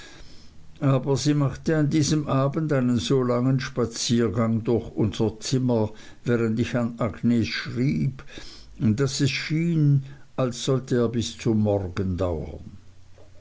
aber sie machte an diesem abend einen so langen spaziergang durch unser zimmer während ich an agnes schrieb daß es schien als sollte er bis zum morgen dauern